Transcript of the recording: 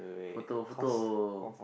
photo photo